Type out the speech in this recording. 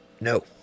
No